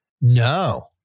No